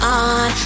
on